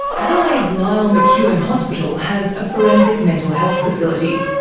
adelaide's lyell mcewin hospital has a forensic mental health facility.